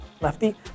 lefty